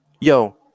Yo